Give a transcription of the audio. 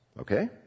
Okay